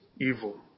evil